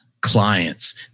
clients